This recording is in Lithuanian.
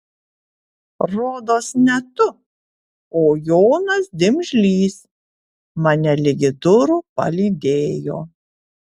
rodos ne tu o jonas dimžlys mane ligi durų palydėjo